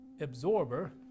absorber